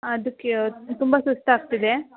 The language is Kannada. ಅದಕ್ಕೆ ತುಂಬ ಸುಸ್ತು ಆಗ್ತಿದೆ